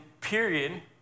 period